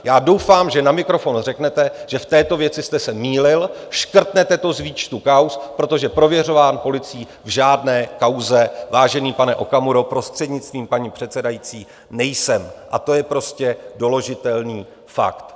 Já doufám, že na mikrofon řeknete, že v této věci jste se mýlil, škrtnete to z výčtu kauz, protože prověřován policií v žádné kauze, vážený pane Okamuro, prostřednictvím paní předsedající, nejsem a to je prostě doložitelný fakt.